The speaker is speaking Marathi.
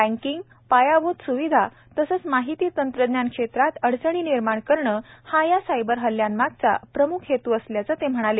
बँकिंग पायाभूत सुविधा तसेच माहिती तंत्रज्ञान क्षेत्रात अडचणी निर्माण करणं हा या सायबर हल्ल्यांमागचा प्रमुख हेत् असल्याचं ते म्हणाले